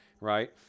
Right